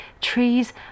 trees